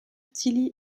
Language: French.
tilly